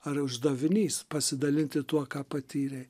ar uždavinys pasidalinti tuo ką patyrei